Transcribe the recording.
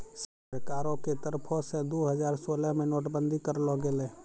सरकारो के तरफो से दु हजार सोलह मे नोट बंदी करलो गेलै